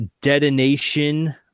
detonation